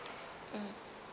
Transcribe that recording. mm